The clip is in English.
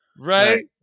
right